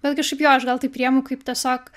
bet kažkaip jo aš gal tai priėmu kaip tiesiog